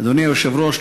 אדוני היושב-ראש,